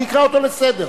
אני אקרא אותו לסדר.